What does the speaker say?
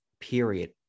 period